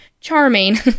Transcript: Charming